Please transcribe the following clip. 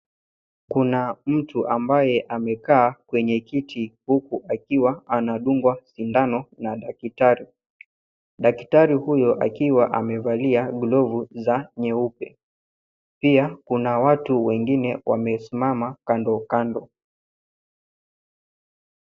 Kuna mtu ambaye amekaa kwenye kiti huku akiwa anadungwa sindano na daktari. Daktari huyo akiwa amevalia glovu za nyeupe. Pia kuna watu wengine wamesimama kando kando.